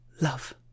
love